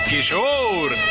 Kishore